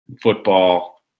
football